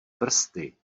prsty